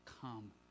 come